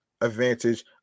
advantage